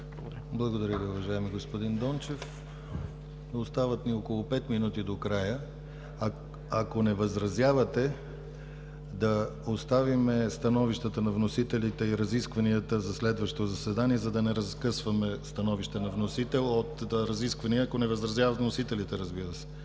Благодаря Ви, уважаеми господин Дончев. Остават ни около 5 минути до края. Ако не възразявате, да оставим становищата на вносителите и разискванията за следващо заседание, за да не разкъсваме становище на вносител. Ако не възразяват вносителите, разбира се,